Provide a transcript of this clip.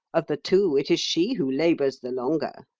of the two it is she who labours the longer.